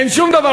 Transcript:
אין שום דבר,